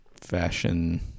fashion